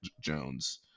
Jones